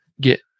get